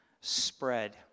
spread